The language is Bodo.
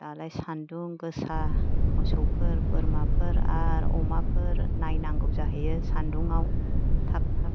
दालाय सान्दुं गोसा मोसौफोर बोरमोफोर आरो अमाफोर नायनांगौ जाहैयो सान्दुंआव थाब थाब